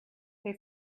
they